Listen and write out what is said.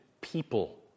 people